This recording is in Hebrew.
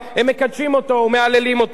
הם מקדשים אותו ומהללים אותו.